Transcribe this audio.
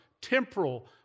temporal